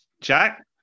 Jack